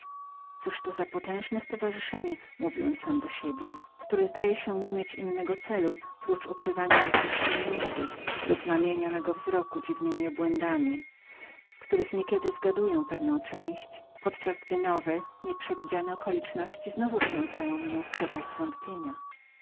być to potężne stowarzyszenie mówiłem sam do siebie które zdaje się nie mieć innego celu prócz ukrywania jakiejś tajemnicy lub mamienia mego wzroku dziwnemi obłędami których niekiedy zgaduję pewną część podczas gdy nowe nieprzewidziane okoliczności znowu wtrącają mnie w przepaść zwątpienia